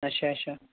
اچھا اچھا